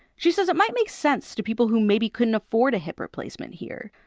she says it might makes sense to people who maybe couldn't afford a hip replacement here.